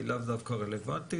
היא לאו דווקא רלוונטית,